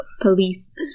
police